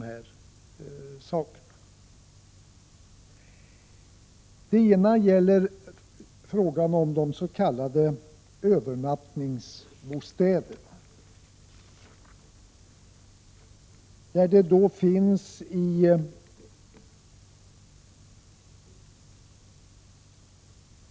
Det gäller t.ex. frågan om de s.k. övernattningsbostäderna.